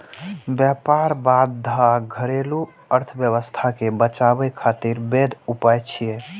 व्यापार बाधा घरेलू अर्थव्यवस्था कें बचाबै खातिर वैध उपाय छियै